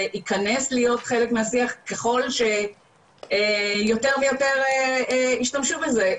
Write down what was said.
זה ייכנס להיות חלק מהשיח ככל שיותר ויותר ישתמשו בזה,